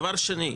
דבר שני,